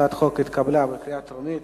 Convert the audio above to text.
הצעת החוק התקבלה בקריאה טרומית